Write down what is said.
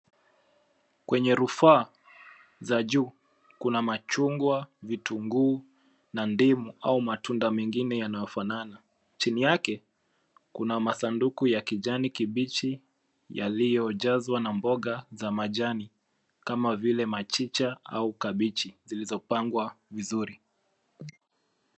Kwenye rufaa za juu kuna machungwa, vitunguu na ndimu, au matunda mengine yanayofanana. Chini yake, kuna masanduku ya kijani kibichi yaliyojazwa na mboga za majani kama vile machicha, au kabichi zilizopangwa vizuri.